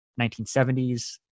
1970s